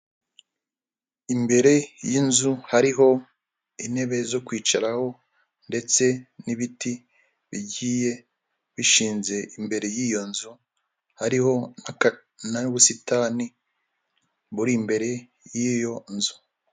Imbere y'inzu hariho intebe zo kwicaraho ndetse n'ibiti bigiye bishinze imbere y'iyo nzu, hariho n'ubusitani buri imbere y'iyo nzu.